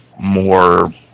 more